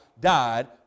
died